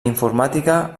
informàtica